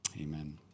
Amen